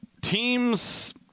teams